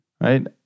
right